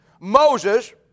Moses